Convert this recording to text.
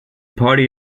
party